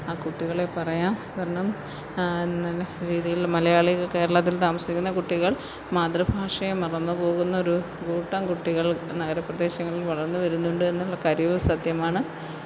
ആ കുട്ടികളെ പറയാം കാരണം നല്ല രീതിയില് മലയാളികള് കേരളത്തില് താമസിക്കുന്ന കുട്ടികള് മാതൃഭാഷയെ മറന്ന് പോകുന്നൊരു കൂട്ടം കുട്ടികള് നഗരപ്രദേശങ്ങളില് വളര്ന്ന് വരുന്നുണ്ട് എന്നുള്ള കാര്യവും സത്യമാണ്